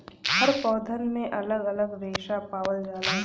हर पौधन में अलग अलग रेसा पावल जाला